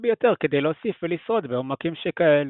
ביותר כדי להוסיף ולשרוד בעומקים שכאלה.